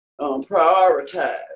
prioritize